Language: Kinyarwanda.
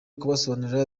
kubasobanurira